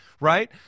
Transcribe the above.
right